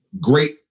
great